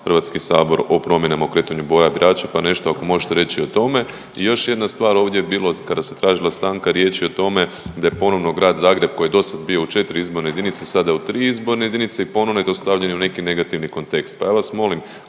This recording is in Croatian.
obavještava HS o promjenama o kretanju broja birača, pa nešto ako možete reći o tome. I još jedna stvar, ovdje je bilo, kada se tražila stanka, riječi o tome da je ponovno Grad Zagreb koji je dosad bio u 4 izborne jedinice sada u 3 izborne jedinice i ponovno je to stavljeno u neki negativni kontekst, pa ja vas molim